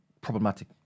problematic